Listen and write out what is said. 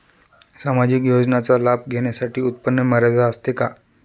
सामाजिक योजनांचा लाभ घेण्यासाठी उत्पन्न मर्यादा असते का?